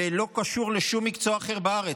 ולא קשור לשום מקצוע אחר בארץ.